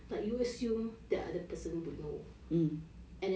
like you assume that the other person will know